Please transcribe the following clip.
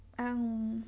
आं